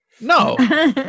No